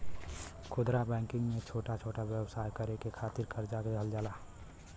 खुदरा बैंकिंग में छोटा छोटा व्यवसाय करे के खातिर करजा देवल जाला